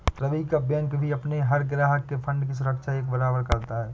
रवि का बैंक भी अपने हर ग्राहक के फण्ड की सुरक्षा एक बराबर करता है